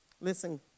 listen